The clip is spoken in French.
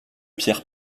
pierre